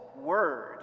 word